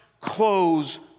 close